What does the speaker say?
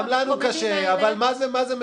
גם לנו קשה, אבל מה זה משנה?